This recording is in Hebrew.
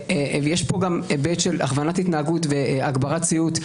ויש פה גם היבט של הכוונת התנהגות והגברת ציות.